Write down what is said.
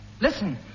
Listen